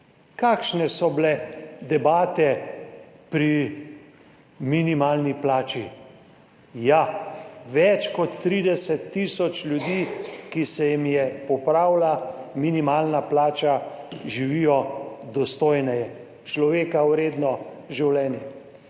kakšne so bile debate pri minimalni plači? Ja, več kot 30 tisoč ljudi, ki se jim je popravila minimalna plača, živi dostojneje, človeka vredno življenje.